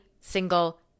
single